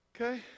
Okay